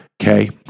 Okay